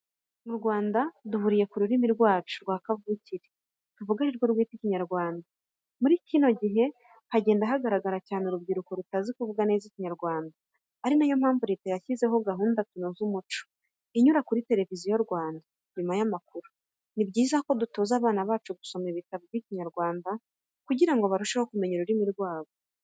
Mu Rwanda duhuriye ku rurimi rwacu rwa kavukire tuvuga ari rwo rwitwa Ikinyarwanda. Muri kino gihe hagenda hagaragara cyane urubyiruko rutazi kuvuga neza Ikinyarwanda, ari na yo mpamvu Leta yashyizeho gahunda ya Tunoze umuco, inyura kuri televiziyo Rwanda nyuma y'amakuru. Ni byiza ko dutoza abana bacu gusoma ibitabo by'Ikinyarwanda kugira ngo barusheho kumenya ururimi rwabo.